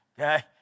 okay